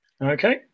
Okay